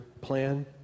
plan